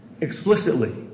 explicitly